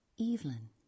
Evelyn